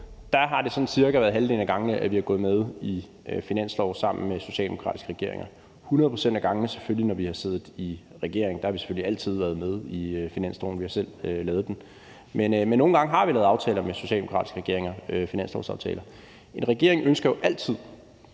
det sådan cirka været halvdelen af gangene, at vi er gået med i finanslove sammen med socialdemokratiske regeringer. Det har selvfølgelig været 100 pct. af gangene, når vi har siddet i regering. Der har vi selvfølgelig altid været med i finansloven; vi har selv lavet den. Men nogle gange har vi lavet finanslovsaftaler med socialdemokratiske regeringer. En regering ønsker jo altid